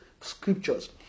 scriptures